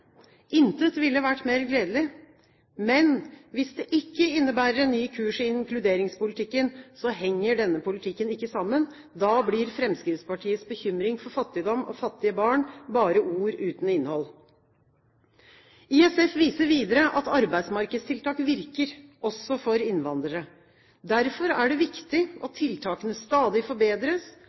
Intet ville vært mer gledelig. Men hvis det ikke innebærer ny kurs i inkluderingspolitikken, henger denne politikken ikke sammen. Da blir Fremskrittspartiets bekymring for fattigdom og fattige barn bare ord uten innhold. ISFs kartlegging viser videre at arbeidsmarkedstiltak virker, også for innvandrere. Derfor er det viktig at tiltakene stadig forbedres,